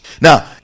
Now